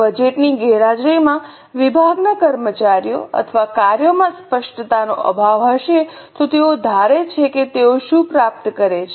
budget ની ગેરહાજરીમાં વિભાગના કર્મચારીઓ અથવા કાર્યોમાં સ્પષ્ટતાનો અભાવ હશે કે તેઓ ધારે છે કે તેઓ શું પ્રાપ્ત કરે છે